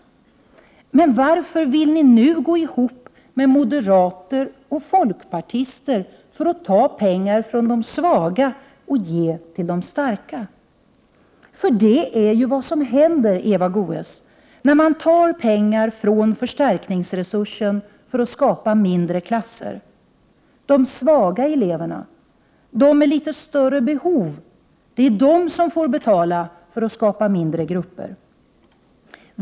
Men varför vill ni nu gå ihop med moderater och folkpartister för att ta pengar från de svaga och ge till de starka? För det är ju vad som händer, Eva Goéös, när man tar pengar från förstärkningsresursen för att skapa mindre klasser. De svaga eleverna, de med litet större behov, får betala för skapande av mindre grupper.